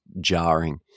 jarring